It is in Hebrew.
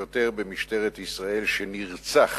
שוטר במשטרת ישראל, שנרצח